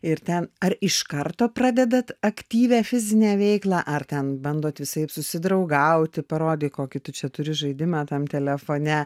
ir ten ar iš karto pradedat aktyvią fizinę veiklą ar ten bandot visaip susidraugauti parodyk kokį tu čia turi žaidimą tam telefone